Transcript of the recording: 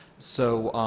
so